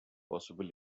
possible